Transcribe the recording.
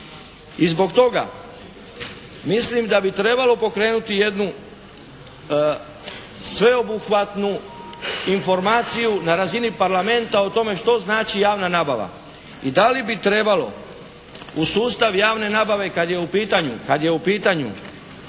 I zbog toga mislim da bi trebalo pokrenuti jednu sveobuhvatnu informaciju na razini parlamenta o tome što znači javna nabava i da li bi trebalo u sustav javne nabave kada je u pitanju vojna